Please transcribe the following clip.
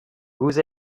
vous